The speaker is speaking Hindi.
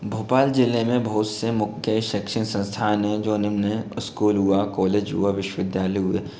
भोपाल जिले में बहुत से मुख्य शिक्षण संस्थान हैं जो निम्न हैं स्कूल हुआ कोलेज हुआ विश्वविद्यालय हुए